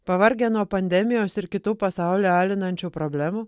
pavargę nuo pandemijos ir kitų pasaulį alinančių problemų